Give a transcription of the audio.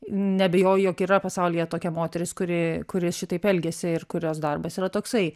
neabejoju jog yra pasaulyje tokia moteris kuri kuri šitaip elgiasi ir kurios darbas yra toksai